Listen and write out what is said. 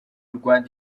rwanda